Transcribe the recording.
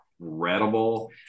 incredible